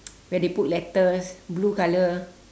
where they put letters blue color